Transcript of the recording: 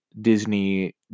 Disney